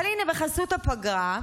אבל הינה, בחסות הפגרה,